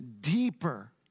deeper